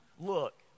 look